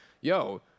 yo